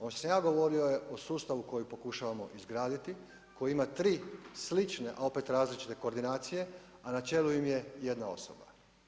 Ono što sam ja govorio je o sustavu koji pokušavamo izgraditi, koji ima 3 slične a opet različite koordinacije, a na čelu im je jedna osoba.